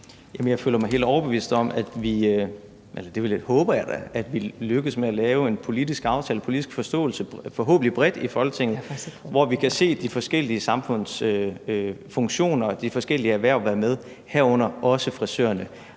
jeg håber det i hvert fald, at vi lykkes med at lave en politisk aftale, en politisk forståelse, forhåbentlig bredt i Folketinget, hvor vi kan se de forskellige samfundsfunktioner og de forskellige erhverv være med, herunder også frisørerne.